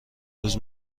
روز